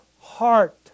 heart